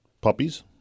puppies